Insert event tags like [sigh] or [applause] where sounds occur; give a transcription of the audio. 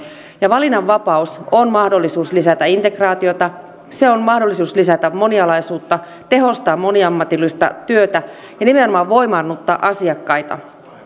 ja valinnanvapaus on mahdollisuus lisätä integraatiota se on mahdollisuus lisätä monialaisuutta tehostaa moniammatillista työtä ja nimenomaan voimaannuttaa asiakkaita [unintelligible]